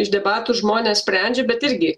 iš debatų žmonės sprendžia bet irgi